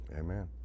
Amen